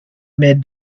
mid